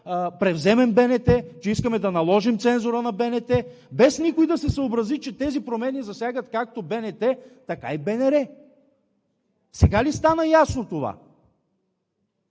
превземем БНТ, че искаме да наложим цензура на БНТ, без никой да се съобрази, че тези промени засягат както БНТ, така и БНР. Сега ли стана ясно това?!